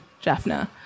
Jaffna